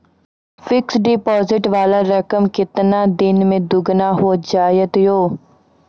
Fixed deposit वाला रकम केतना दिन मे दुगूना हो जाएत यो?